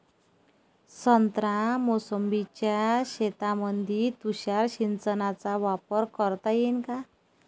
संत्रा मोसंबीच्या शेतामंदी तुषार सिंचनचा वापर करता येईन का?